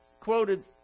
quoted